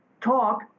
talk